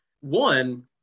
one